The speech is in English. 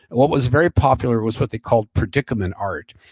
what was very popular was what they called predicament art,